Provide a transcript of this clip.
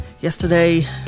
Yesterday